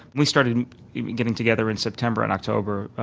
we started getting together in september and october,